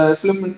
film